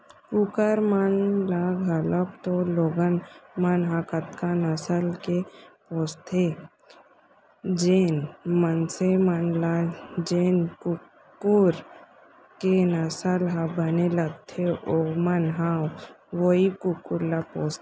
कुकुर मन ल घलौक तो लोगन मन ह कतका नसल के पोसथें, जेन मनसे मन ल जेन कुकुर के नसल ह बने लगथे ओमन ह वोई कुकुर ल पोसथें